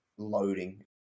loading